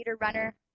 runner